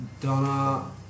Donna